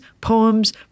poems